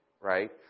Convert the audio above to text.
right